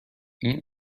این